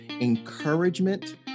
encouragement